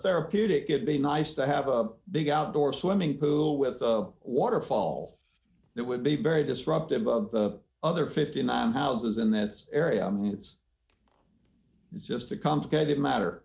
therapeutic it be nice to have a big outdoor swimming pool with a waterfall that would be very disruptive of the other fifty nine houses in this area it's just a complicated matter